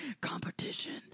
competition